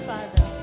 Father